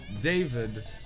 david